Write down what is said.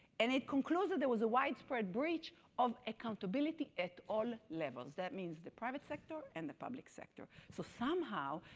and it concluded there was a widespread breach of accountability at all levels, that means the private sector and the public sector. so somehow,